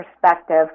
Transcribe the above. perspective